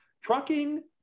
trucking